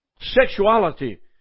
sexuality